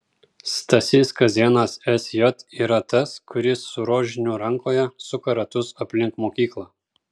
stasys kazėnas sj yra tas kuris su rožiniu rankoje suka ratus aplink mokyklą